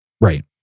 right